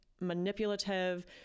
manipulative